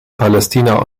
palästina